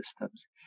systems